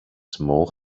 small